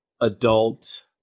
adult